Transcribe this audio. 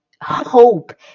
hope